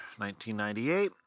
1998